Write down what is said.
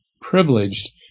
privileged